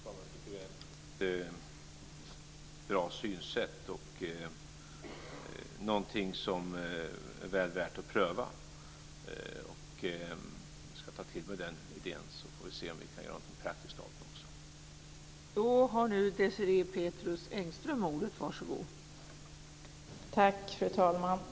Fru talman! Jag tycker att det är ett bra synsätt och någonting som är väl värt att pröva. Jag ska ta till mig den idén så får vi se om vi kan göra någonting praktiskt av den också.